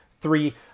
Three